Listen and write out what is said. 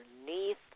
underneath